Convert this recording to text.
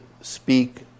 speak